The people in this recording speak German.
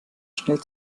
schnell